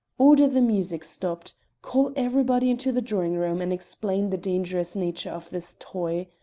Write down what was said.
order the music stopped call everybody into the drawing-room and explain the dangerous nature of this toy.